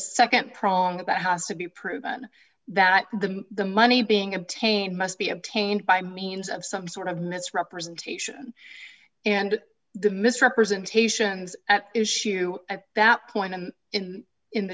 the nd prong about has to be proven that the the money being obtained must be obtained by means of some sort of misrepresentation and the misrepresentations at issue at that point and in the in the